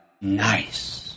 nice